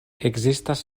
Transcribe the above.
ekzistas